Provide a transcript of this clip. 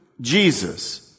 Jesus